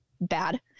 bad